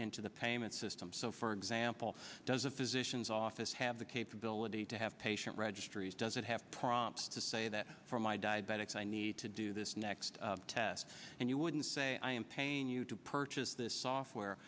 into the payment system so for example does a physician's office have the capability to have patient registries does it have prompts to say that from my diabetics i need to do this next test and you wouldn't say i am paying you to purchase this software